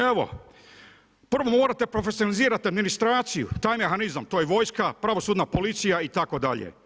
Evo, prvo morate profesionalizirati administraciju, taj mehanizam, to je vojska, pravosudna policija itd.